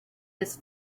his